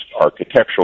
architectural